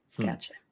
Gotcha